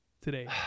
today